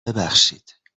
ببخشید